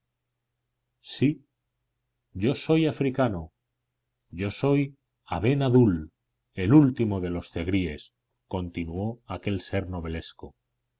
sí yo soy africano yo soy aben adul el último de los zegríes continuó aquel ser